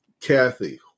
Kathy